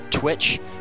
Twitch